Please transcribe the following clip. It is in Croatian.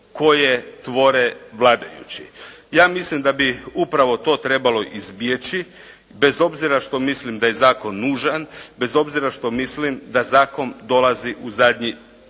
koje tvore vladajući. Ja mislim da bi upravo to trebalo izbjeći, bez obzira što mislim da je zakon nužan, bez obzira što mislim da zakon dolazi u zadnji čas.